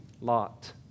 lot